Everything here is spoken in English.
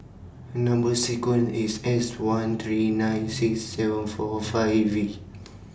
Number sequence IS S one three nine six seven four five V